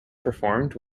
performed